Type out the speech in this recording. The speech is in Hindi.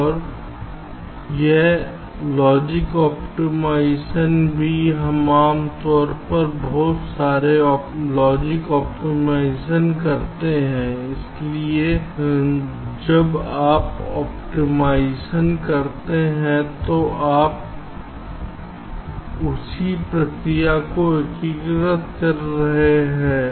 और यह लॉजिक ऑप्टिमाइज़ेशन भी हम आम तौर पर बहुत सारे ऑप्टिमाइज़ेशन करते हैं इसलिए जब आप ऑप्टिमाइज़ेशन करते हैं तो क्या आप उसी प्रक्रिया को एकीकृत कर सकते हैं